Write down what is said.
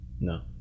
No